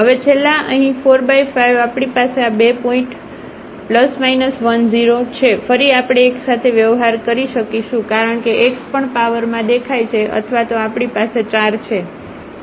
હવે છેલ્લા અહીં 45 આપણી પાસે આ બે પોઇન્ટ ±10છે ફરી આપણે એક સાથે વ્યવહાર કરી શકીશું કારણ કે x પણ પાવરમાં દેખાય છે અથવા તો આપણી પાસે 4